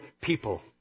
people